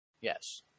Yes